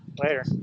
Later